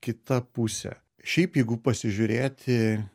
kita pusė šiaip jeigu pasižiūrėti